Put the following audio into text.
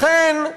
לכן,